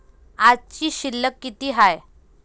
आजची शिल्लक किती हाय?